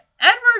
Edward